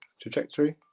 trajectory